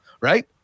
right